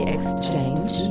Exchange